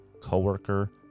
coworker